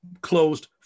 closed